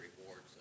rewards